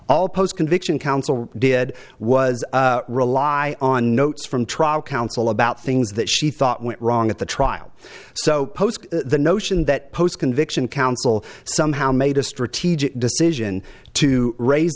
all post conviction counsel did was rely on notes from trial counsel about things that she thought went wrong at the trial so the notion that post conviction counsel somehow made a strategic decision to raise